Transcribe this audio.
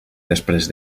després